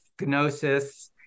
gnosis